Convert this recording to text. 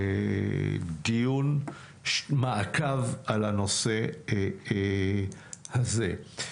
דיון מעקב על הנושא הזה.